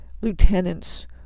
lieutenants